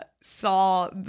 saw